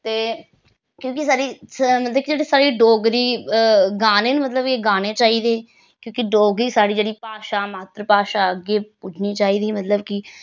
ते क्योंकि साढ़ी मतलब कि साढ़ी डोगरी गाने न मतलब कि एह् गाने चाहिदे क्योंकि डोगरी साढ़ी जेह्ड़ी भाशा मात्तर भाशा अग्गें पुज्जनी चाहिदी मतलब कि